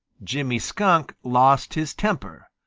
jimmy skunk lost his temper,